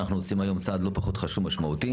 אנחנו עושים היום צעד לא פחות חשוב ומשמעותי